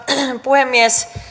puhemies